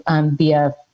via